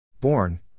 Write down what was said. Born